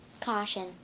Caution